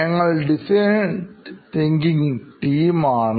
ഞങ്ങൾ design thinking ടീമാണ്